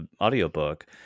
audiobook